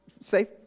Safe